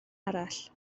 arall